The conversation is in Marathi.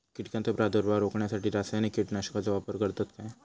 कीटकांचो प्रादुर्भाव रोखण्यासाठी रासायनिक कीटकनाशकाचो वापर करतत काय?